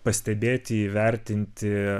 pastebėti įvertinti